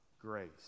grace